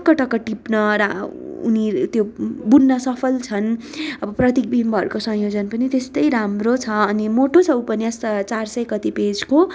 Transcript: टक्क टक्क टिप्न उनी त्यो बुन्न सफल छन् अब प्रतिविम्बहरूको संयोजन पनि त्यस्तै राम्रो छ अनि मोटो छ उपन्यास त चार सय कति पेजको